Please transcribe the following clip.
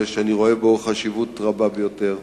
שאני רואה בה חשיבות רבה ביותר.